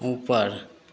ऊपर